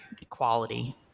equality